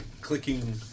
clicking